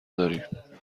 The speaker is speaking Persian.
داریم